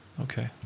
Okay